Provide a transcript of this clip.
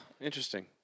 interesting